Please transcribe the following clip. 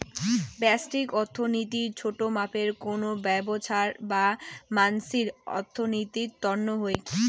ব্যষ্টিক অর্থনীতি ছোট মাপে কোনো ব্যবছার বা মানসির অর্থনীতির তন্ন হউ